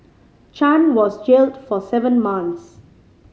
Chan was jailed for seven months